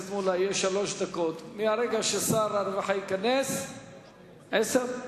מרגע ששר הרווחה ייכנס, עשר?